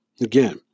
Again